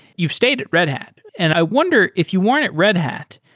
you've stayed at red hat. and i wonder, if you weren't at red hat,